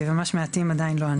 ממש מעטים עדיין לא ענו.